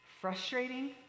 frustrating